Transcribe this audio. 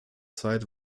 zeit